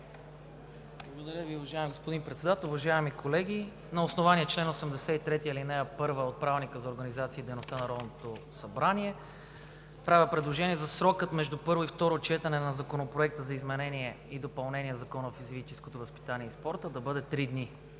Благодаря Ви, уважаеми господин Председател. Уважаеми колеги! На основание чл. 83, ал. 1 от Правилника за организацията и дейността на Народното събрание правя предложение срокът между първо и второ четене на Законопроекта за изменение и допълнение на Закона за физическото възпитание и спорта да бъде три дни.